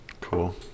cool